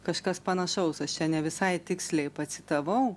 kažkas panašaus aš čia ne visai tiksliai pacitavau